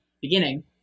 beginning